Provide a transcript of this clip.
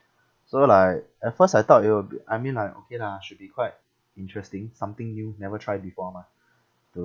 so like at first I thought it will be I mean like okay lah should be quite interesting something new never try before mah